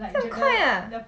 这样快啊